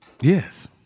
Yes